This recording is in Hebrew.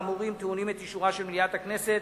שני הצווים האמורים טעונים את אישורה של מליאת הכנסת